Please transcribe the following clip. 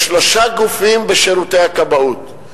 יש שלושה גופים בשירותי הכבאות.